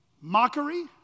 mockery